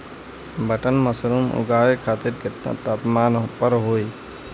Button mushroom उगावे खातिर केतना तापमान पर होई?